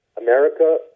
America